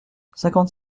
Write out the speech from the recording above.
cinquante